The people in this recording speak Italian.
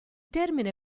termine